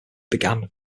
began